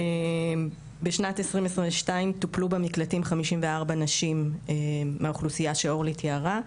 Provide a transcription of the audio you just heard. בשנת 2022 טופלו במקלטים 54 נשים מהאוכלוסייה שאורלי תיארה.